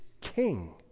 King